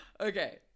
Okay